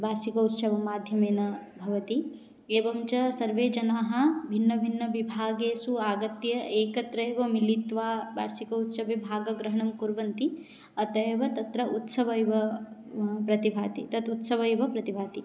वार्षिकोत्सवमाध्यमेन भवति एवं च सर्वे जनाः भिन्नभिन्नविभागेषु आगत्य एकत्रैव मिलित्वा वार्षिकोत्सवे भागग्रहणं कुर्वन्ति अतः एव तत्र उत्सवः इव प्रतिभाति तदुत्सवः इव प्रतिभाति